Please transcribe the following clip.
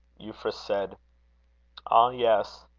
euphra said ah! yes.